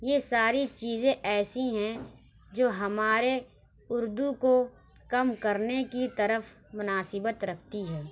یہ ساری چیزیں ایسی ہیں جو ہمارے اُردو کو کم کرنے کی طرف مناسبت رکھتی ہے